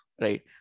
right